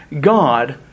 God